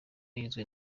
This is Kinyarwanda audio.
igizwe